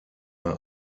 bei